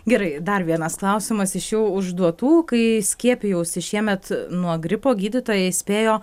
gerai dar vienas klausimas iš jau užduotų kai skiepijausi šiemet nuo gripo gydytoja įspėjo